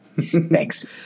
Thanks